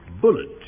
bullet